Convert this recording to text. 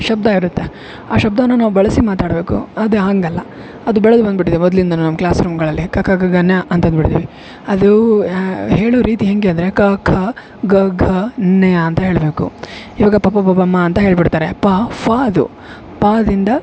ಶಬ್ಧ ಇರತ್ತೆ ಆ ಶಬ್ಧನ ನಾವು ಬೆಳೆಸಿ ಮಾತಾಡಬೇಕು ಅದು ಹಾಗಲ್ಲ ಅದು ಬೆಳ್ದು ಬಂದ್ಬಿಟ್ಟಿದೆ ಮೊದಲಿಂದನೂ ನಮ್ಮ ಕ್ಲಾಸ್ ರೂಮ್ಗಳಲ್ಲಿ ಕ ಕ ಗ ಗ ನ ಅಂತಂಬುಡ್ತಿವಿ ಅದು ಹೇಳೊ ರೀತಿ ಹೇಗೆ ಅಂದರೆ ಕ ಖ ಗ ಘ ಜ್ಞಾ ಅಂತ ಹೇಳಬೇಕು ಇವಾಗ ಪ ಪ ಬ ಬ ಮ ಅಂತ ಹೇಳ್ಬಿಡ್ತಾರೆ ಪ ಫ ಅದು ಪ ದಿಂದ